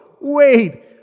wait